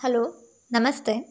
hello ನಮಸ್ತೆ